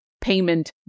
payment